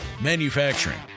Manufacturing